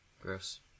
Gross